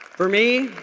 for me,